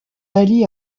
ali